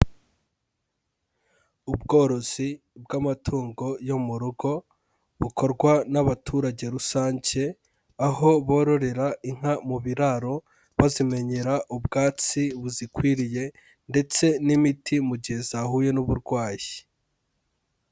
Ubworozi bw'amatungo yo mu rugo bukorwa n'abaturage rusange, aho bororera inka mu biraro bazimenyera ubwatsi buzikwiriye ndetse n'imiti mu gihe zahuye n'uburwayi.